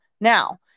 Now